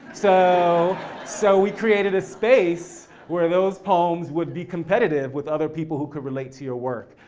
so so we've created a space where those poems would be competitive with other people who could relate to your work.